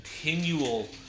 continual